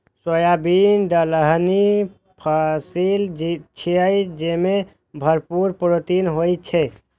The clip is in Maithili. सोयाबीन दलहनी फसिल छियै, जेमे भरपूर प्रोटीन होइ छै